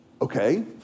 Okay